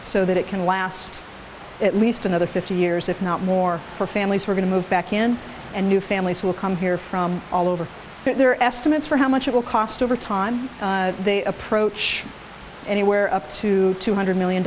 so that it can last at least another fifty years if not more for families who are going to move back in and new families will come here from all over there are estimates for how much it will cost over time they approach anywhere up to two hundred million